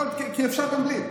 כי אפשר גם בלי.